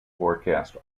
forecast